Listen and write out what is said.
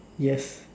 yes